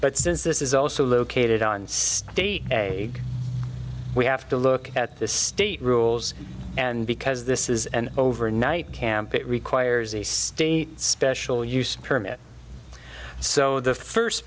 but since this is also located on state a we have to look at the state rules and because this is an overnight camp it requires the state special use permit so the first